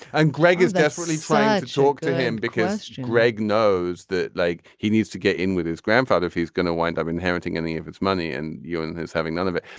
and greg is desperately trying to talk to him because greg knows that like he needs to get in with his grandfather if he's going to wind up inheriting any of its money and you're and and having none of it.